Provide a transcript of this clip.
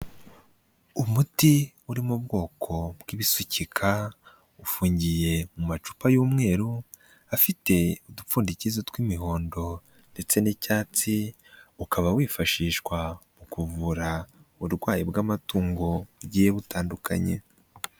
Umuti uri mu bwoko bw'ibisukika ufungiye mu macupa y'umweru, afite udupfundikizo tw'imihondo ndetse n'icyatsi, ukaba wifashishwa mu kuvura uburwayi bw'amatungo bugiye butandukanye.